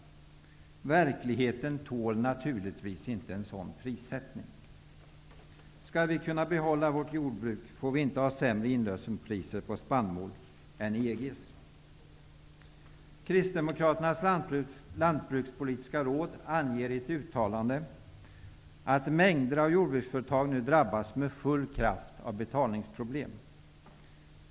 Verkligheten tål naturligtvis inte en sådan prissättning. Skall vi kunna behålla vårt jordbruk får vi inte ha sämre inlösenpriser på spannmål än EG har. Kristdemokraternas lantbrukspolitiska råd anger i ett uttalande att mängder av jordbruksföretag nu drabbas med full kraft av betalningsproblem.